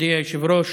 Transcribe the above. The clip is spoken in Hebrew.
מכובדי היושב-ראש,